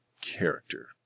character